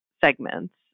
segments